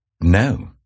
No